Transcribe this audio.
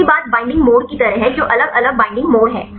दूसरी बात binding mode की तरह है जो अलग अलग बईंडिंग मोड है